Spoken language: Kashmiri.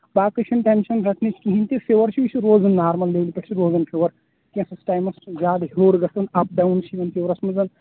باقٕے چھُنہٕ ٹٮ۪نشَن گژھنٕکۍ کِہیٖنٛۍ تہِ فِیور چھُ یہِ چھُ روزان نارمَل لیٚولہِ پٮ۪ٹھ چھُ روزان فِیور کینٛژھس ٹایمَس چھُ زیادٕ ہیٚور گژھان اَپ ڈاوُن چھُ یِمن فِیورَس منٛز